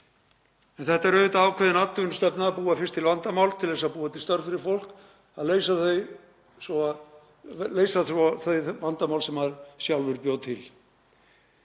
En þetta er auðvitað ákveðin atvinnustefna, að búa fyrst til vandamál til að búa til störf fyrir fólk og leysa svo þau vandamál sem maður sjálfur bjó til.